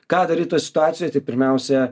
ką daryt toj situacijoj tai pirmiausia